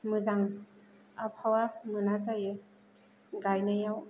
मोजां आबहावा मोना जायो गायनायाव